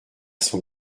son